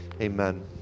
Amen